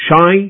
shy